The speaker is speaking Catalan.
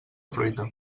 fruita